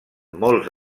molts